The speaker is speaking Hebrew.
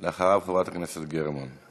אחריו, חברת הכנסת גרמן.